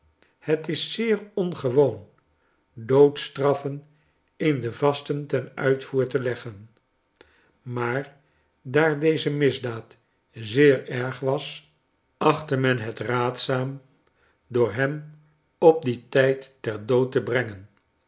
het is zeer ongewoon doodstraffen in de yasten ten uitvoer te leggen maar daar deze misdaad zeer erg was achtte men het raadzaam door hem op dien tijd ter dood te brengen